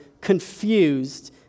confused